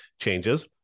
changes